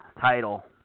title